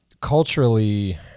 culturally